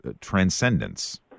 transcendence